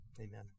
amen